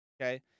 okay